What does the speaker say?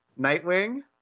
Nightwing